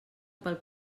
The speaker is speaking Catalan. pel